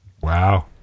Wow